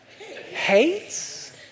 Hates